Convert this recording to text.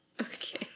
Okay